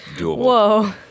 Whoa